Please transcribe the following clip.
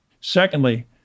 Secondly